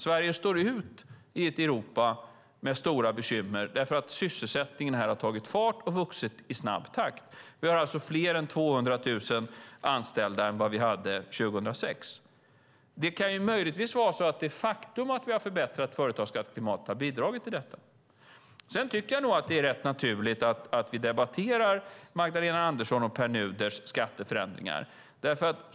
Sverige sticker ut i ett Europa med stora bekymmer därför att sysselsättningen här har tagit fart och vuxit i snabb takt. Vi har alltså 200 000 fler anställda än vi hade 2006. Det kan möjligtvis vara så att det faktum att vi har förbättrat företagsskatteklimatet har bidragit till detta. Jag tycker att det är rätt naturligt att vi debatterar Magdalena Anderssons och Pär Nuders skatteförändringar.